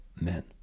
men